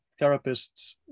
therapists